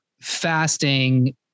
fasting